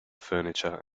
furniture